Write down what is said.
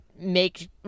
make